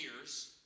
years